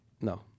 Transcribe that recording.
No